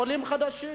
עולים חדשים